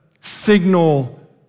signal